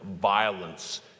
violence